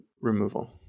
removal